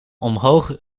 omhoog